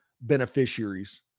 beneficiaries